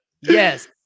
Yes